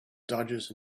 dodges